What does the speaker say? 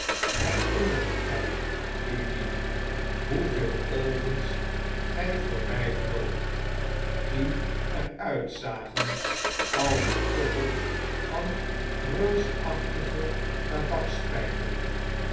herinnert gij u niet hoeveel ovens g j voorby vloogt die er uitzagen als de koppen van reusachtige